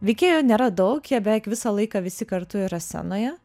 veikėjų nėra daug jie beveik visą laiką visi kartu yra scenoje